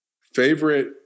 favorite